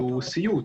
שהוא סיוט